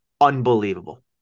unbelievable